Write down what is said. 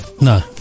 No